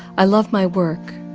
i love my work.